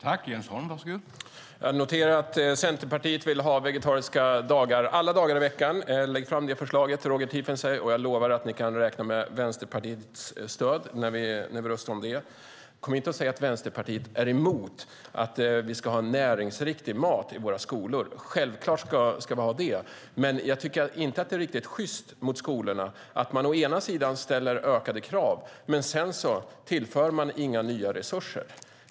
Herr talman! Jag noterar att Centerpartiet vill ha vegetariska dagar alla dagar i veckan. Lägg fram det förslaget, Roger Tiefensee, och jag lovar dig att ni kan räkna med Vänsterpartiets stöd när vi röstar om det. Kom inte och säg att Vänsterpartiet är emot att vi ska ha en näringsriktig mat i våra skolor! Självklart ska vi ha det, men jag tycker inte att det är riktigt sjyst mot skolorna att man å ena sidan ställer ökade krav och å andra sidan inte tillför några nya resurser.